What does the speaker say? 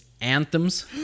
anthems